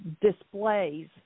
displays